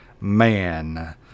man